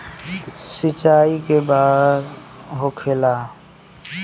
सिंचाई के बार होखेला?